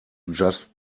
just